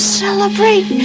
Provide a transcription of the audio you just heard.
celebrate